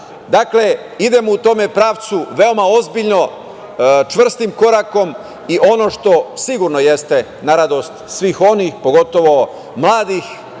Vladu. Dakle, idemo u tom pravcu veoma ozbiljno, čvrstim korakom i ono što sigurno jeste na radost svih onih, pogotovo mladih